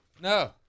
No